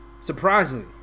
Surprisingly